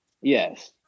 Yes